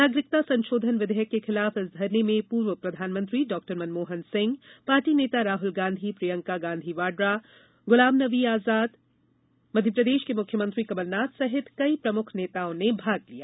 नागरिकता संशोधन विधेयक के खिलाफ इस धरने में पूर्व प्रधानमंत्री डाक्टर मनमोहन सिंह पार्टी नेता राहुल गांधी प्रियंका गांधी वाड्रा गुलाम नबी आजाद मध्यप्रदेश के मुख्यमंत्री कमलनाथ सहित कई प्रमुख नेताओ ने भाग लिया